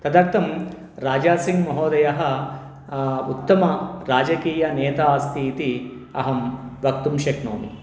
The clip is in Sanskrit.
तदर्थं राजासिङ्ग् महोदयः उत्तमराजकीयनेता अस्ति इति अहं वक्तुं शक्नोमि